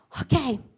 okay